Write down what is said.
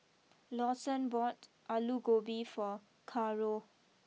Lawson bought Alu Gobi for Caro